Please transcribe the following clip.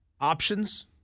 options